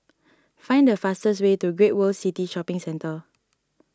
find the fastest way to Great World City Shopping Centre